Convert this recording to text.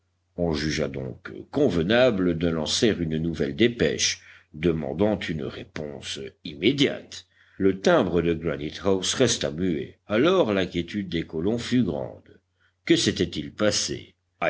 on jugea donc convenable de lancer une nouvelle dépêche demandant une réponse immédiate le timbre de granite house resta muet alors l'inquiétude des colons fut grande que s'était-il passé